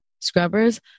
scrubbers